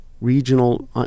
regional